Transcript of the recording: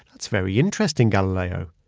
that's very interesting, galileo,